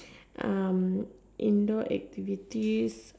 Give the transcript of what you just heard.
um indoor activities